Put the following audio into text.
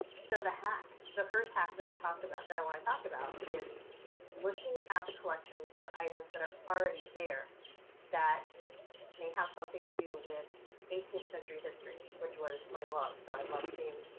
so the hack the first hack that i talk about that i want to talk about is looking at the collections for items that are already there that may have something to do with eighteenth century history, which was my love, so i love seeing